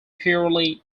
purely